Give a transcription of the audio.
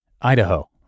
Idaho